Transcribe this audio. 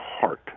heart